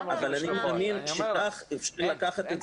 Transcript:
אבל אני מאמין שכך אפשר לקחת את זה